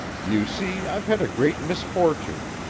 you see i've had a great misfortune.